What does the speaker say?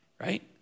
right